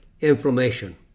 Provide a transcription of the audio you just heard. inflammation